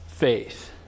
faith